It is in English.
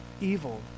evil